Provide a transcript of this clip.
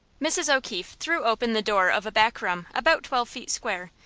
mrs. o'keefe threw open the door of a back room about twelve feet square,